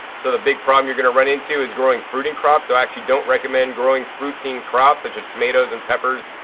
so the big problem you're going to run into is growing fruiting crops. so i actually don't recommend growing fruiting crops such as tomatoes and peppers,